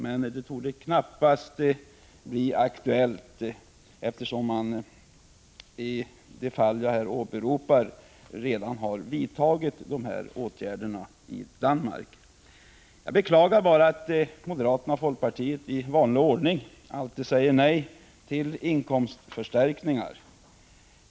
Men det torde knappast bli aktuellt, eftersom Danmark redan har vidtagit denna åtgärd. Jag beklagar bara att moderaterna och folkpartiet i vanlig ordning säger nej till inkomstförstärkningar.